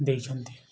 ଦେଇଛନ୍ତି